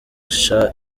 cha